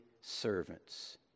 servants